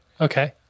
Okay